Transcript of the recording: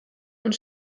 und